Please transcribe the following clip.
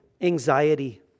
Anxiety